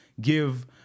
give